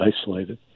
isolated